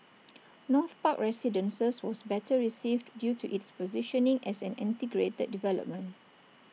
north park residences was better received due to its positioning as an integrated development